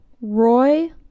Roy